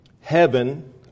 heaven